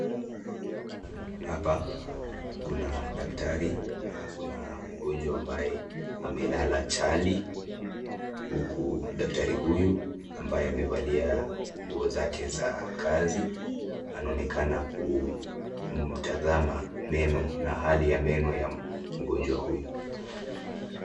Hapa kuna dakitari na kuna mgonjwa ambaye amelala chali uku dakitari huyu ambaye amevalia nguo zake za kazi anaonekana kumtazama meno na hali ya meno ya mgonjwa huyu.